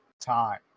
time